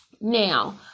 Now